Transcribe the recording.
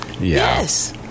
Yes